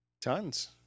Tons